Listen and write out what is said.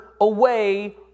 away